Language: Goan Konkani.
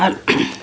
आ